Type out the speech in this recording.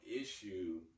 issue